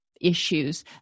issues